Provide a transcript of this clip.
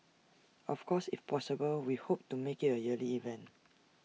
of course if possible we hope to make IT A yearly event